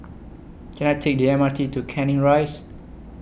Can I Take The M R T to Canning Rise